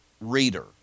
reader